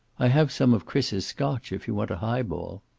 i have some of chris's scotch, if you want a high-ball.